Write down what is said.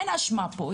אין אשמה פה,